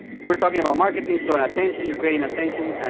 we're talking about marketing, so in attention you're creating attention, and